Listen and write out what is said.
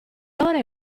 ore